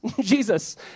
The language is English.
Jesus